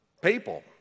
people